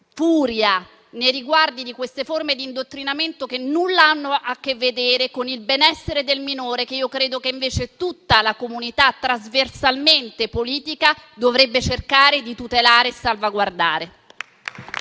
furia nei riguardi di queste forme di indottrinamento, che nulla hanno a che vedere con il benessere del minore che io credo invece tutta la comunità politica, trasversalmente, dovrebbe cercare di tutelare e salvaguardare.